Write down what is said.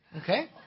Okay